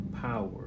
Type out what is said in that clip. power